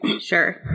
Sure